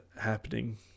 happening